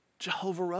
Jehovah